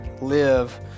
live